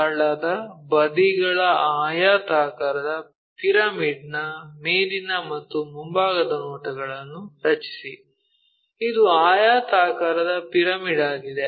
ತಳದ ಬದಿಗಳ ಆಯತಾಕಾರದ ಪಿರಮಿಡ್ನ ಮೇಲಿನ ಮತ್ತು ಮುಂಭಾಗದ ನೋಟಗಳನ್ನು ರಚಿಸಿ ಇದು ಆಯತಾಕಾರದ ಪಿರಮಿಡ್ ಆಗಿದೆ